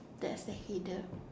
that's the header